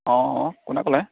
অঁ কোনে ক'লে